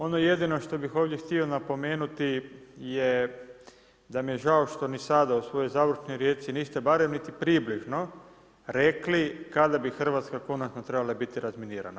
Ono jedino što bih ovdje htio napomenuti je da mi je žao što ni sada u svojoj završnoj riječi niste barem niti približno rekli kada bi Hrvatska konačno trebala biti razminirana.